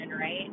right